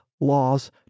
laws